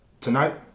tonight